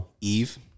Eve